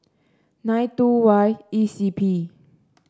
nine two Y E C P